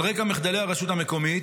על רקע מחדלי הרשות המקומית,